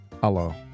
hello